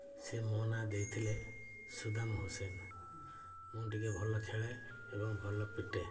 ସେ ମୋ ନାଁ ଦେଇଥିଲେ ସୁଦାମ ହୁସେ୍ନ ମୁଁ ଟିକେ ଭଲ ଖେଳେ ଏବଂ ଭଲ ପିଟେ